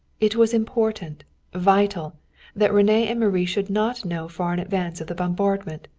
it was important vital that rene and marie should not know far in advance of the bombardment.